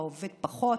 מה עובד פחות,